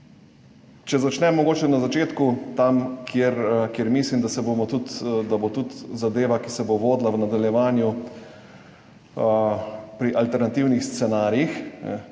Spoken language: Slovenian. Če začnem na začetku, tam, kjer mislim, da bo tudi zadeva, ki se bo vodila v nadaljevanju, pri alternativnih scenarijih.